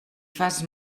fas